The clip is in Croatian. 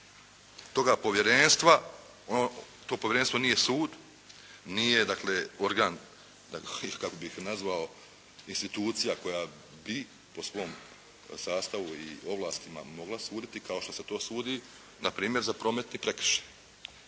To povjerenstvo nije sud, nije organ, kako bih nazvao, institucija koja bi po svom sastavu i ovlastima mogla suditi, kao što se to sudi. npr. za prometni prekršaj.